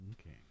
Okay